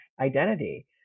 identity